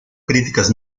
críticas